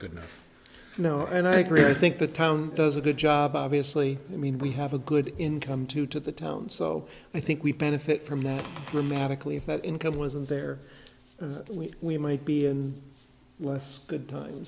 know and i agree i think the town does a good job obviously i mean we have a good income too to the town so i think we benefit from that dramatically if that income wasn't there when we might be in less good times